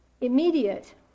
immediate